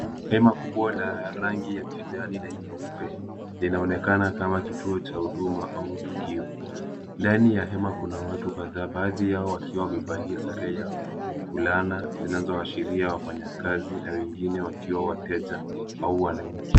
Hema kubwa la rangi ya kijani na nyeupe. Linaonekana kama kituo cha huduma au tukio .Ndani ya hema kuna watu kadhaa baadhi yao wakiwa wamevalia sare ya fulana zinazoashiria wafanyakazi na wengine wakiwa wateja au wananchi.